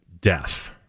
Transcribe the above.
death